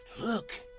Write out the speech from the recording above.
Look